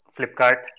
Flipkart